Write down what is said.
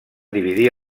dividir